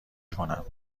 کنم